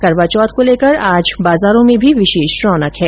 करवा चौथ को लॅकर आज बाजारों में भी विशेष रौनक है